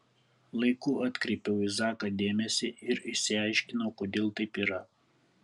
laiku atkreipiau į zaką dėmesį ir išsiaiškinau kodėl taip yra